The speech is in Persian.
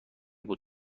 بود